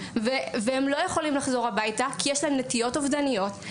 והם לא יכולים לחזור הביתה כי יש להם נטיות אובדניות,